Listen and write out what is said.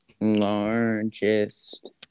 largest